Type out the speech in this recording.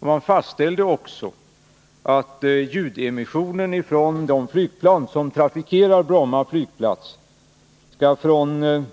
Man fastställde också att ljudemissionen från de flygplan som trafikerar Bromma flygplats från angiven